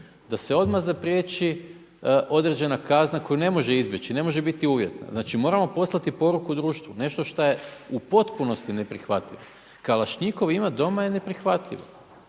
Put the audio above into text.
da se odmah zapriječi određena kazna koju ne može izbjeći. Ne može biti uvjetna. Znači moramo poslati poruku društvu nešto što je u potpunosti neprihvatljivo. Kalašnjikov imati doma je neprihvatljivo